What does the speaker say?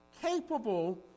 Capable